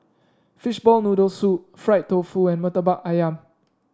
Fishball Noodle Soup Fried Tofu and murtabak ayam